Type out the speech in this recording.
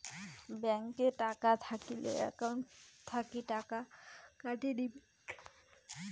Bank এ টাকা থাকিলে কি একাউন্ট থাকি টাকা কাটি নিবেন?